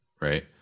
right